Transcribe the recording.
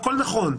והכול נכון.